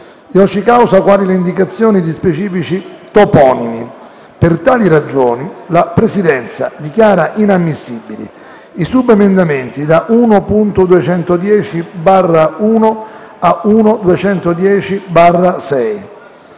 *ioci causa*, quali le indicazioni di specifici toponimi. Per tali ragioni, la Presidenza dichiara inammissibili i subemendamenti da 1.210/1 a 1.210/6,